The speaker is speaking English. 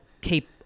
keep